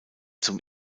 zum